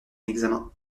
examen